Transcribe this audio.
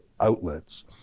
outlets